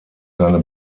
seine